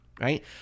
right